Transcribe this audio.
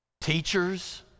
Teachers